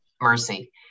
Mercy